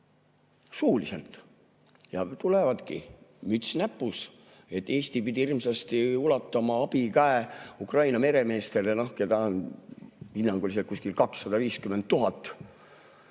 suuliselt. Ja tulevadki, müts näpus, et Eesti pidi hirmsasti ulatama abikäe Ukraina meremeestele, keda on hinnanguliselt kuskil 250 000,